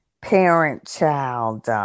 parent-child